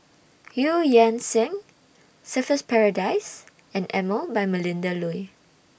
EU Yan Sang Surfer's Paradise and Emel By Melinda Looi